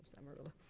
so amarillo?